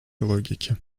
логике